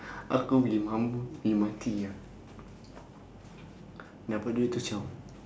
aku pergi mampus pergi mati ah dapat duit terus zhao